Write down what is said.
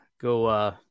Go